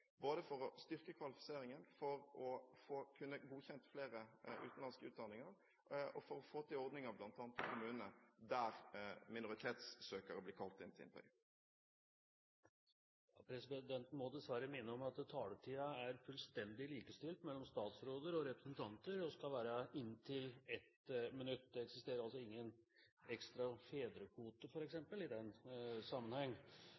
både for å styrke kvalifiseringen, for å kunne få godkjent flere utenlandske utdanninger og for å få til ordninger i bl.a. kommunene der minoritetssøkere blir kalt inn til intervju. Presidenten må dessverre minne om at taletiden er fullstendig likestilt mellom statsråder og representanter, og skal være på inntil 1 minutt. Det eksisterer altså ingen ekstra fedrekvote, f.eks., i den sammenheng!